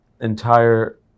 entire